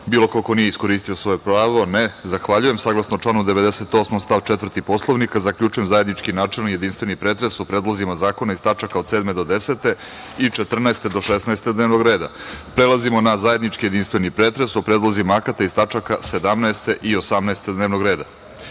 bilo ko ko nije iskoristio svoje pravo? (Ne.)Zahvaljujem. Saglasno članu 98. stav 4. Poslovnika, zaključujem zajednički načelni i jedinstveni pretres o predlozima zakona iz tačaka od 7. do 10. i 14. do 16. dnevnog reda. Prelazimo na zajednički jedinstveni pretres o predlozima akata iz tačaka 17. i 18. dnevnog reda. Molim